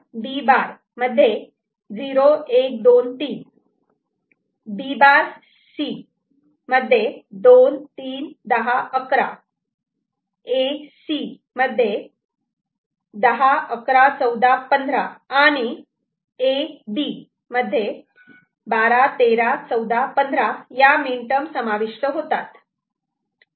तर A' B' मध्ये 0 1 2 3 B' C मध्ये 2 3 10 11 A C मध्ये 10 11 14 15 आणि A B मध्ये 12 13 14 15 या मीन टर्म समाविष्ट होतात